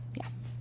Yes